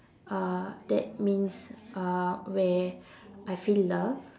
uh that means uh where I feel loved